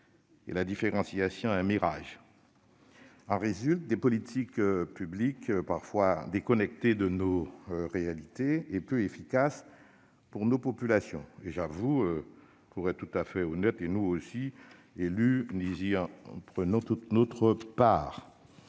et la différenciation un mirage. En résultent des politiques publiques parfois déconnectées de nos réalités et peu efficaces pour nos populations. Pour être tout à fait honnête, nous autres élus en prenons toute notre part.